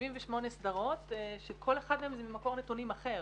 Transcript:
78 סדרות שכל אחת מהן זה ממקור נתונים אחר.